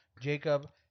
Jacob